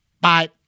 Bye